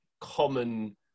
common